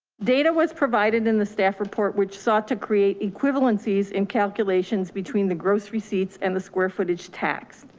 data was provided in the staff report which sought to create equivalencies in calculations between the gross receipts and the square footage tax.